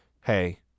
Hey